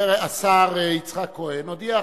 השר יצחק כהן הודיע חד-משמעית,